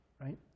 Right